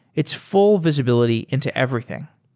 it's full visibility into everything.